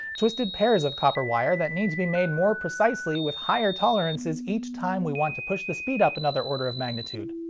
twisted pairs of copper wire that need to be made more precisely with higher tolerances each time we want to push the speed up another order of magnitude.